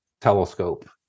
telescope